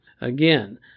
Again